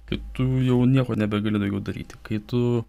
kai tu jau nieko nebegali daugiau daryti kai tu